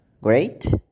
Great